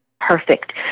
Perfect